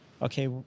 okay